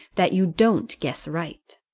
that you don't guess right.